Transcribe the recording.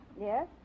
Yes